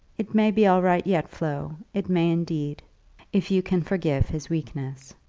it may be all right yet, flo it may indeed if you can forgive his weakness.